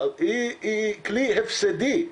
היא כלי הפסדי,